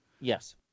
Yes